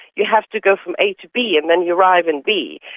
you have to go from a to b and then you arrive in b,